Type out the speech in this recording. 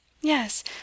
Yes